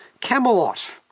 Camelot